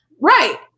right